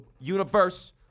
universe